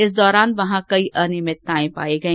इस दौरान वहां कई अनियमितता पाई गई